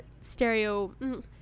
stereo